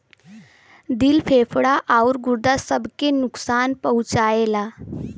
दिल फेफड़ा आउर गुर्दा सब के नुकसान पहुंचाएला